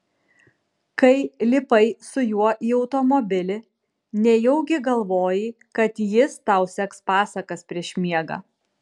kai lipai su juo į automobilį nejaugi galvojai kad jis tau seks pasakas prieš miegą